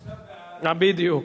עכשיו בעד.